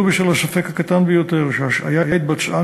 ולו בשל הספק הקטן ביותר שההשעיה התבצעה